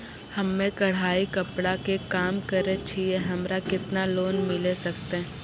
हम्मे कढ़ाई कपड़ा के काम करे छियै, हमरा केतना लोन मिले सकते?